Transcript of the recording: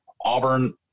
Auburn